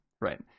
right